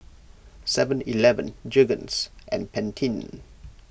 Seven Eleven Jergens and Pantene